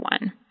one